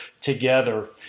together